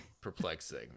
perplexing